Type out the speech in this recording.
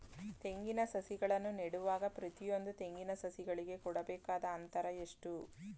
ತೆಂಗಿನ ಸಸಿಗಳನ್ನು ನೆಡುವಾಗ ಪ್ರತಿಯೊಂದು ತೆಂಗಿನ ಸಸಿಗಳಿಗೆ ಕೊಡಬೇಕಾದ ಅಂತರ ಎಷ್ಟು?